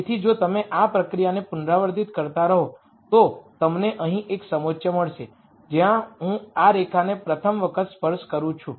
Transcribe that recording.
તેથી જો તમે આ પ્રક્રિયાને પુનરાવર્તિત કરતા રહો તો તમને અહીં એક સમોચ્ચ મળશે જ્યાં હું આ રેખાને પ્રથમ વખત સ્પર્શ કરું છું